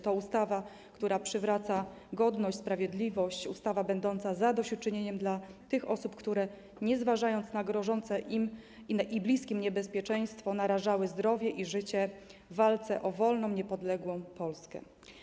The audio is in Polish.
To ustawa, która przywraca godność, sprawiedliwość, ustawa będąca zadośćuczynieniem dla tych osób, które nie zważając na grożące im i bliskim niebezpieczeństwo, narażały zdrowie i życie w walce o wolną, niepodległą Polskę.